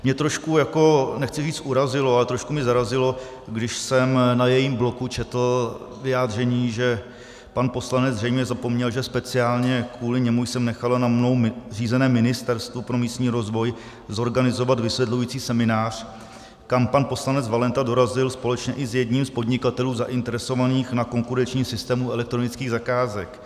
Mě trošku, nechci říct urazilo, ale trošku mě zarazilo, když jsem na jejím bloku četl vyjádření, že pan poslanec zřejmě zapomněl, že speciálně kvůli němu jsem nechala na mnou řízeném Ministerstvu pro místní rozvoj zorganizovat vysvětlující seminář, kam pan poslanec Valenta dorazil společně i s jedním z podnikatelů zainteresovaných na konkurenčním systému elektronických zakázek.